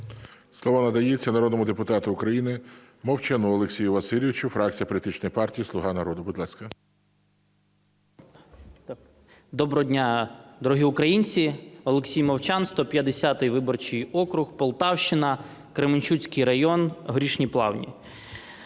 Слово надається народному депутату України Мовчану Олексію Васильовичу, фракція політичної партії "Слуга народу". Будь ласка. 13:33:53 МОВЧАН О.В. Доброго дня, дорогі українці! Олексій Мовчан, 150 виборчий округ, Полтавщина, Кременчуцький район, Горішні Плавні.